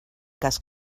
cas